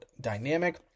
dynamic